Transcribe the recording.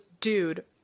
dude